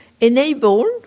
enable